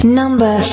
number